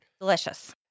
Delicious